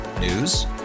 News